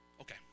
Okay